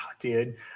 dude